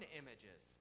images